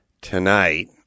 tonight